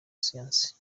science